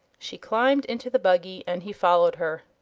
she climbed into the buggy and he followed her.